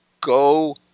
Go